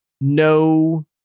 no